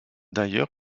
d’ailleurs